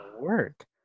work